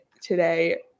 today